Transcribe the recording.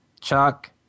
chuck